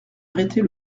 arrêter